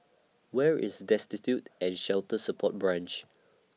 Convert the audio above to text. Where IS Destitute and Shelter Support Branch